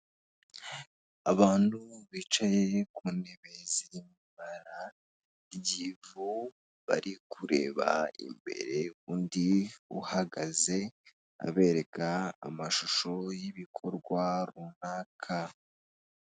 Abantu bicaye ku ntebe ziri mu ibara ry'ivu bari kureba imbere, undi uhagaze abereka amashusho y'ibikorwa runaka.